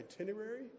itinerary